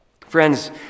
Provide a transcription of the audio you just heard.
Friends